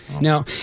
Now